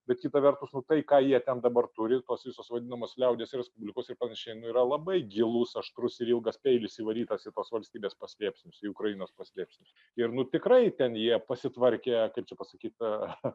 bet kita vertus nu tai ką jie ten dabar turi tos visos vadinamos liaudies respublikos ir panašiai nu yra labai gilus aštrus ir ilgas peilis įvarytas į tuos valstybės paslėpsnius į ukrainos paslėpsnius ir nu tikrai ten jie pasitvarkė kaip čia pasakyt